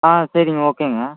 ஆ சரிங்க ஓகேங்க